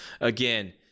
again